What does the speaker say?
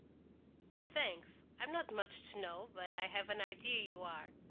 thanks, i'm not much to know, but i have an idea you are.